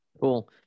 cool